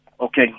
okay